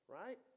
right